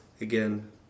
again